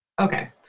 Okay